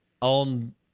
on